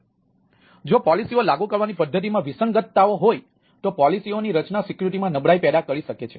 તેથી જો પોલિસીઓ લાગુ કરવાની પદ્ધતિમાં વિસંગતતાઓ હોય તો પોલિસીઓની રચના સિક્યુરિટી માં નબળાઈ પેદા કરી શકે છે